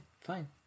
fine